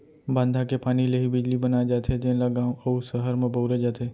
बांधा के पानी ले ही बिजली बनाए जाथे जेन ल गाँव अउ सहर म बउरे जाथे